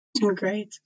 Great